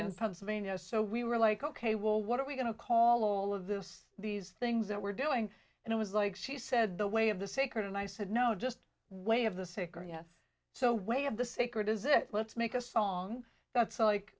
yes so we were like ok well what are we going to call all of this these things that we're doing and it was like she said the way of the sacred and i said no just way of the sick or yes so way of the sacred is it let's make a song that's like